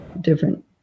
different